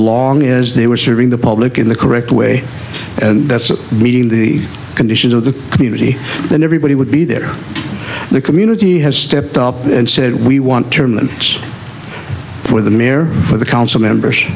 long as they were serving the public in the correct way and that's meeting the conditions of the community and everybody would be there the community has stepped up and said we want term and for the mayor for the council members